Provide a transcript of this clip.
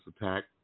attack